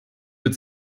wird